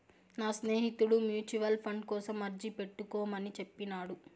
నా స్నేహితుడు mutual fund కోసం అర్జీ పెట్టుకోమని చెప్పినాడు